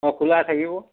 অঁ খোলা থাকিব